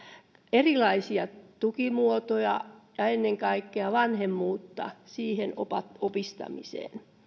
erilaisia tukimuotoja ja ennen kaikkea vanhemmuutta siihen opastamista